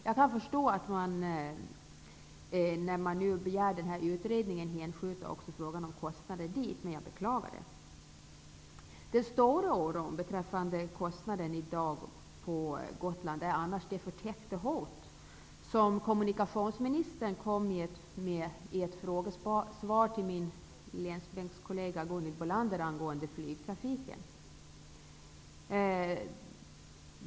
När man begär den här utredningen kan jag förstå att man även hänskjuter frågan om kostnader dit. Men jag beklagar det. Den stora oron i dag på Gotland beträffande kostnaderna är annars det förtäckta hot som kommunikationsministern kom med i ett frågesvar till min länsbänkskollega Gunhild Bolander, angående flygtrafiken.